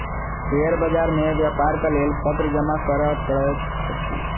share बाजार मे व्यापारक लेल पत्र जमा करअ पड़ैत अछि